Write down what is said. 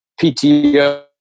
PTO